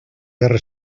guerra